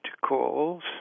calls